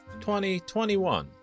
2021